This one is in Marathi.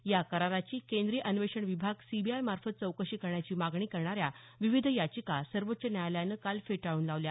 या कराराची केंद्रीय अन्वेषण विभाग सीबीआय मार्फत चौकशी करण्याची मागणी करणाऱ्या विविध याचिका सर्वोच्व न्यायालयानं काल फेटाळून लावल्या